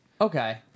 Okay